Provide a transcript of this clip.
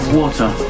water